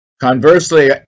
conversely